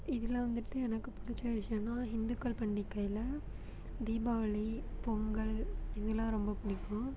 இதில் வந்துட்டு எனக்கு பிடிச்ச விஷியம்னா ஹிந்துக்கள் பண்டிக்கையில தீபாவளி பொங்கல் இதெலாம் ரொம்ப பிடிக்கும்